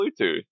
Bluetooth